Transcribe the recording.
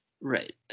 right